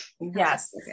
Yes